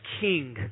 King